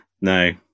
no